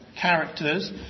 characters